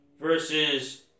versus